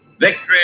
Victory